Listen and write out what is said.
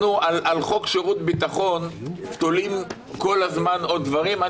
אנחנו על חוק שירות ביטחון תולים כל הזמן עוד דברים.